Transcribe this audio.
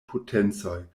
potencoj